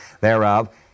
thereof